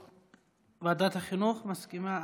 לוועדת החינוך, מסכימה?